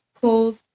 cold